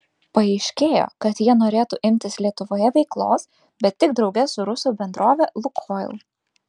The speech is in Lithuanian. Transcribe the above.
paaiškėjo kad jie norėtų imtis lietuvoje veiklos bet tik drauge su rusų bendrove lukoil